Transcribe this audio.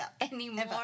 anymore